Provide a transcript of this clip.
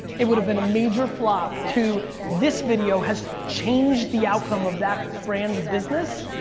it would've been a major flop to this video has changed the outcome of that brand's business,